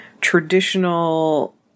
traditional